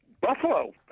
Buffalo